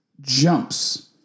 jumps